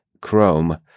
Chrome